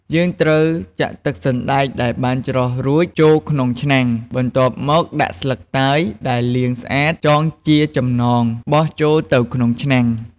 យើងត្រូវចាក់ទឹកសណ្តែកដែលបានច្រោះរួចចូលក្នុងឆ្នាំង បន្ទាប់មកដាក់ស្លឹកតើយដែលលាងស្អាតចងជាចំណង បោះចូលទៅក្នុងឆ្នាំង ។